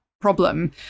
problem